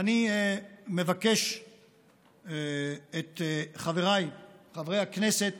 ואני מבקש את חבריי חברי הכנסת